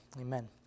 Amen